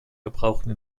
gebrauchten